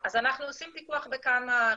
אנחנו עושים פיקוח בכמה רבדים.